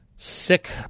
Sick